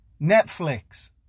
Netflix